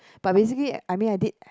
but basically I mean I did